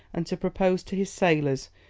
and to propose to his sailors,